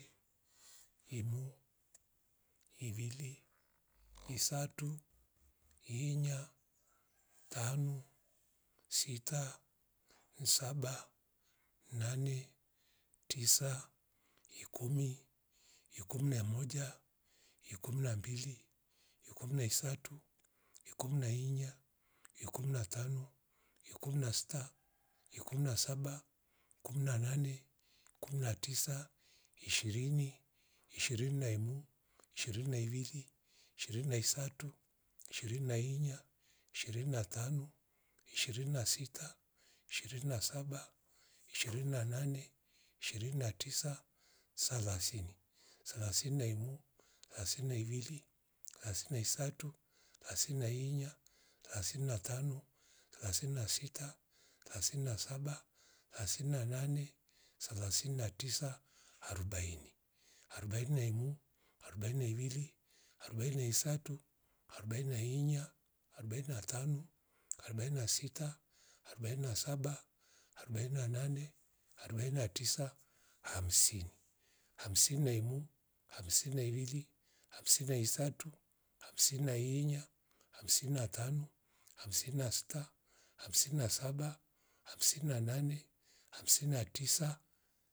Imu, ivili, isatu, inya, tanu, sita, saba, nane, tisa, ikumi. Ikum na moja, ikum na mbili, ikum na isatu, ikum na inya, ikum na tano, ikum na sita, ikum na saba, kum na nane, kum na tisa, ishiriny. Ishirini na imu, ishirini na ivili, ishirini na isatu, ishirini na inya, ishirini na tanu, ishirni na sita, ishirni na saba, ishirini na nane, ishirini na tisa, salasini. Salasini na imu, salasini na ivili, kasi na isatu, kasi na inya, kasi na tanu, kasi na saba, kasi na nane selasin na tisa arobaini. Arobaini na moja, arobain na mbili, arobaini na isatu, arubain na inya, arubain na tanu, arubain na sita, arubain na saba, arubain na nane, arubain na tis hamsini. Hamsini na imu, hamsini na ivili, hamsini na isatu, hamsini na inya, hamsini na tanu, hamisni na sita, hamsini na saba, hamsini na nane, hamsini na tisa